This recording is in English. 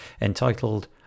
entitled